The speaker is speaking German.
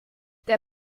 der